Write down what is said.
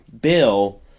bill